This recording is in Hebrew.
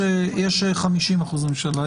יש 50% ממשלה.